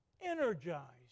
energized